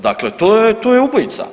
Dakle, to je ubojica.